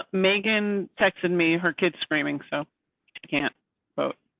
ah megan texted me. her kid screaming so. i can't but